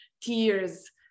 tears